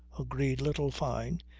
agreed little fyne,